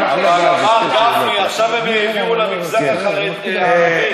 אבל אמר גפני: עכשיו הם העבירו למגזר הערבי 15 מיליארד.